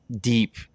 deep